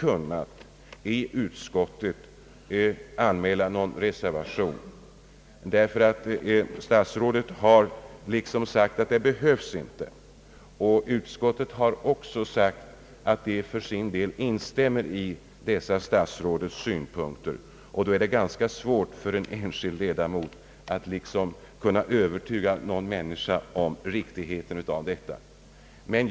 Jag har emellertid inte kunnat anmäla någon reservation i utskottet. Statsrådet har sagt att planeringsrådet inte behövs, och utskottet har för sin del instämt i statsrådets synpunkter. Då är det ganska svårt för en enskild ledamot att kunna övertyga någon om riktigheten av en annan uppfattning.